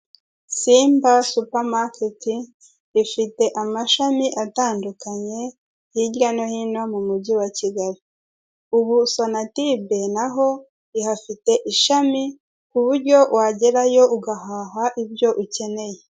Igihe wumvishije mu mubiri wawe hatameze neza, egera ivuriro rikwegereye uhabwe ubufasha bujyanye n'ikibazo basanze ufite kandi n'iyo basanze batabashije kuvura cyangwa kumenya ikibazo ufite bakohereza n'imbangukira gutabara ku kigo kindi kibasumbije ubushobozi.